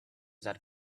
that